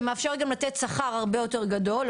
שמאפשר גם לתת שכר הרבה יותר גדול,